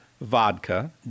vodka